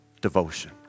devotion